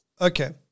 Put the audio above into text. Okay